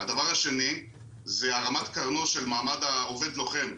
הדבר השני זה הרמת קרנו של מעמד העובד-לוחם.